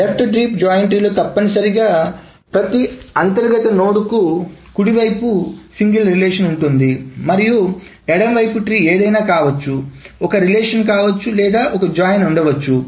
left deep join tree లో తప్పనిసరిగా ప్రతి అంతర్గత నోడ్కు కుడి వైపు సింగిల్ రిలేషన్ ఉంటుంది మరియు ఎడమ వైపు ట్రీ ఏదైనా కావచ్చు ఒకే రిలేషన్ కావచ్చు లేదా ఒక జాయిన్ ఉండవచ్చు